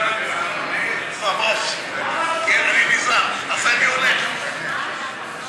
של אזרחי מדינת ישראל?